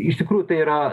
iš tikrųjų tai yra